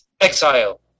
Exile